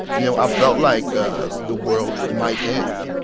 you know, i felt like ah the world might end.